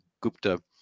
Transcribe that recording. Gupta